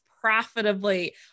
profitably